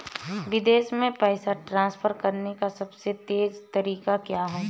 विदेश में पैसा ट्रांसफर करने का सबसे तेज़ तरीका क्या है?